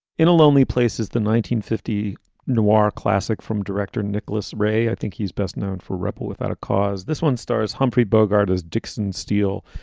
in a lonely places, the nineteen fifty s noir classic from director nicholas ray. i think he's best known for rebel without a cause. this one stars humphrey bogart as dixon steel,